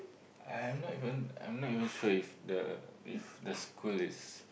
I'm not even I'm not even sure if the if the school is